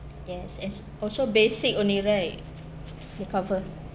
yes as also basic only right it cover